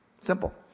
Simple